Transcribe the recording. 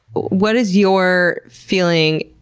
what is your feeling,